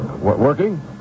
Working